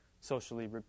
socially